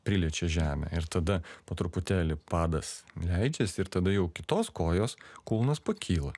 priliečia žemę ir tada po truputėlį padas leidžiasi ir tada jau kitos kojos kulnas pakyla